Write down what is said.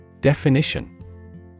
Definition